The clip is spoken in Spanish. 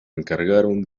encargaron